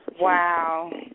Wow